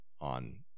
on